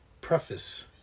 Preface